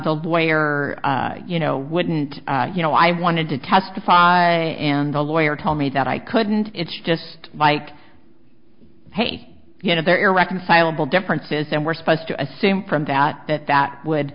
lawyer you know wouldn't you know i wanted to testify and the lawyer told me that i couldn't it's just like hey you know there are irreconcilable differences and we're supposed to assume from that that that would